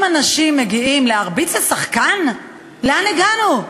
אם אנשים מגיעים להרביץ לשחקן, לאן הגענו?